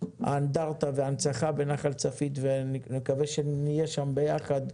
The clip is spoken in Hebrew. האנדרטה וההנצחה בנחל צפית ונקווה שנהיה שם ביחד.